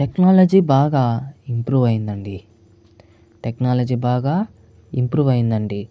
technology బాగా improve అయ్యిందండి technology బాగా ఇంప్రూవ్ అయ్యిందండి